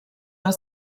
alla